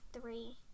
three